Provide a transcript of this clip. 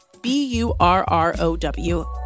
B-U-R-R-O-W